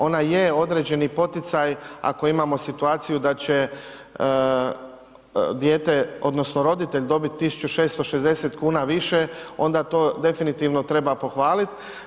Ona je određeni poticaj ako imamo situaciju da će dijete odnosno roditelj dobiti 1660 kuna više, onda to definitivno treba pohvaliti.